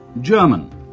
German